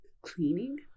cleaning